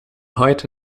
heute